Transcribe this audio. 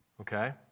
okay